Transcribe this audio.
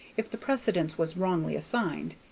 if the precedence was wrongly assigned,